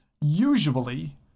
Usually